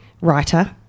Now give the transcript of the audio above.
writer